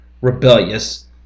rebellious